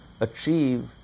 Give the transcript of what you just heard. achieve